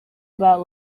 about